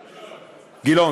גילאון.